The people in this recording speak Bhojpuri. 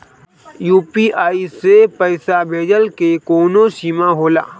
यू.पी.आई से पईसा भेजल के कौनो सीमा होला?